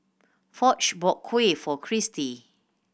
Foch bought Kuih for Cristi